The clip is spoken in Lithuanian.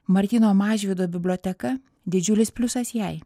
martyno mažvydo biblioteka didžiulis pliusas jai